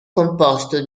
composto